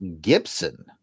Gibson